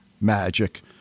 magic